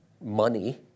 money